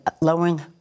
lowering